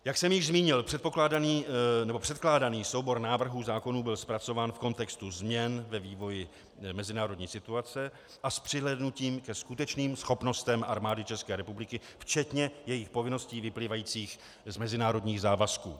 Jak jsem již zmínil, předkládaný soubor návrhů zákonů byl zpracován v kontextu změn ve vývoji mezinárodní situace a s přihlédnutím ke skutečným schopnostem Armády České republiky včetně jejích povinností vyplývajících z mezinárodních závazků.